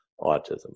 autism